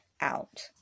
out